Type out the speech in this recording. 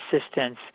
assistance